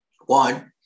one